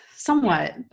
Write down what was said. Somewhat